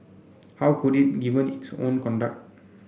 how could it given its own conduct